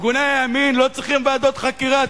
ארגוני הימין לא צריכים ועדות חקירה,